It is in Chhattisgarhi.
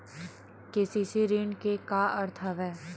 के.सी.सी ऋण के का अर्थ हवय?